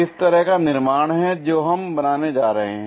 इस तरह का निर्माण है जो हम बनाने जा रहे हैं